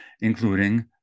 including